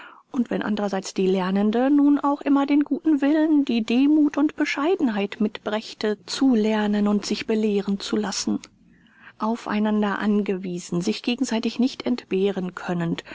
und wenn andrerseits die lernende nur auch immer den guten willen die demuth und bescheidenheit mitbrächte zu lernen und sich belehren zu lassen auf einander angewiesen sich gegenseitig nicht entbehren könnend